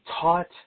taught